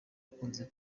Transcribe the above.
ukunze